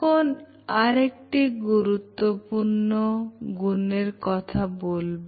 এখন আমি আরেকটি গুণের সম্পর্কে বলবো